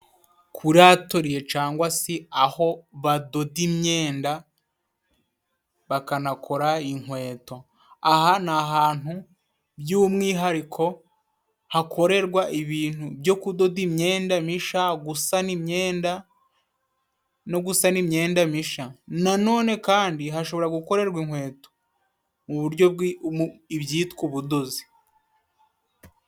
Kuri atoriye cangwa se aho badoda imyenda bakanakora inkweto, aha ni ahantu by'umwihariko hakorerwa ibintu byo kudoda imyenda misha, gusana imyenda no gusana imyenda misha, nanone kandi hashobora gukorerwa inkweto mu buryo ibyitwa ubudozi.